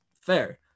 fair